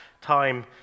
time